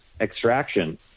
extraction